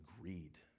greed